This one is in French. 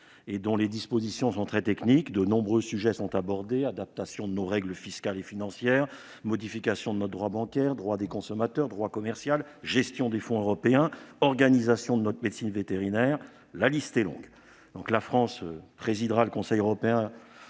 dont les dispositions sont très techniques. De nombreux sujets sont abordés : adaptation de nos règles fiscales et financières, modification de notre droit bancaire, droit des consommateurs, droit commercial, gestion des fonds européens, organisation de notre médecine vétérinaire ... La liste est longue. La France présidera le Conseil européen